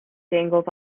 dangles